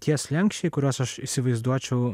tie slenksčiai kuriuos aš įsivaizduočiau